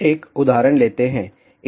एक उदाहरण लेते हैं